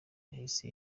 yahise